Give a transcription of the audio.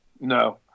No